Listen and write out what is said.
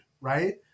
Right